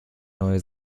neue